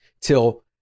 till